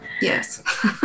Yes